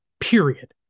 period